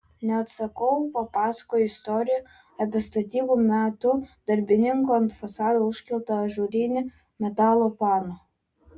neatsakau papasakoju istoriją apie statybų metu darbininkų ant fasado užkeltą ažūrinį metalo pano